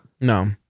No